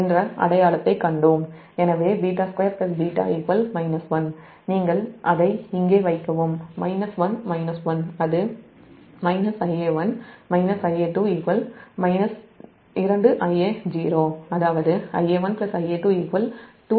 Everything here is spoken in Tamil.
எனவே β2 β 1 நீங்கள் அதை இங்கே வைக்கவும் 1 1 அது Ia1 Ia2 2Ia0 அதாவது Ia1 Ia2 2Ia0